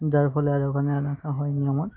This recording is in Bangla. যার ফলে আর ওখানে আর আঁকা হয় নি আমার